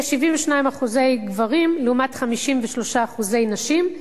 יש 72% גברים לעומת 53% נשים,